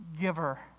giver